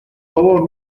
favor